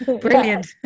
brilliant